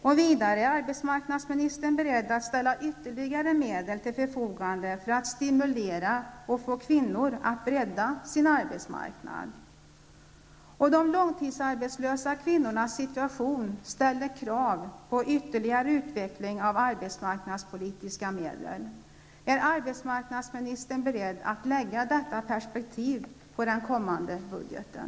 Är arbetsmarknadsministern beredd att ställa ytterligare medel till förfogande för att stimulera och få kvinnor att bredda sin arbetsmarknad? De långtidsarbetslösa kvinnornas situation ställer krav på ytterligare utveckling på de arbetspolitiska medlen. Är arbetsmarknadsministern beredd att lägga detta perspektiv på den kommande budgeten?